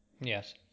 Yes